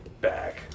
back